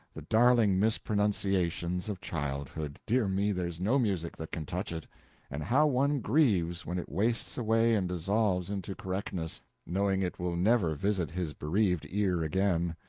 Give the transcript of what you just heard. the darling mispronunciations of childhood dear me, there's no music that can touch it and how one grieves when it wastes away and dissolves into correctness, knowing it will never visit his bereaved ear again.